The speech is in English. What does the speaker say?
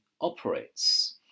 operates